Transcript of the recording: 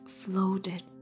floated